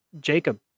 Jacob